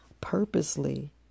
purposely